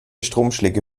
stromschläge